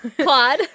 claude